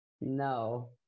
No